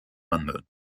london